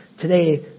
today